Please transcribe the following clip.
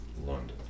London